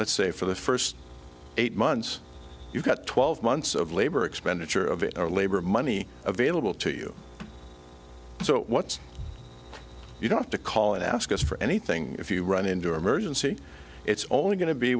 let's say for the first eight months you've got twelve months of labor expenditure of it or labor money available to you so what's you don't have to call and ask us for anything if you run into emergency it's only go